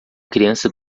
criança